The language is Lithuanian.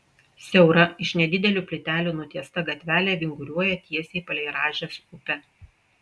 siaura iš nedidelių plytelių nutiesta gatvelė vinguriuoja tiesiai palei rąžės upę